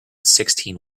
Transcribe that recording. sixteen